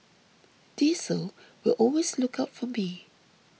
Diesel will always look out for me